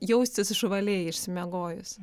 jaustis žvaliai išsimiegojus